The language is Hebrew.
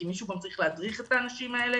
כי מישהו גם צריך להדריך את האנשים האלה,